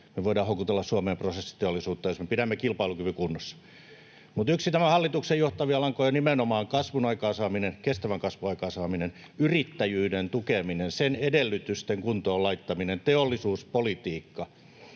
Me voidaan houkutella Suomeen prosessiteollisuutta, jos me pidämme kilpailukyvyn kunnossa. Mutta yksi tämän hallituksen johtavia lankoja on nimenomaan kasvun aikaansaaminen, kestävän kasvun aikaansaaminen, yrittäjyyden tukeminen, sen edellytysten kuntoon laittaminen, teollisuuspolitiikka.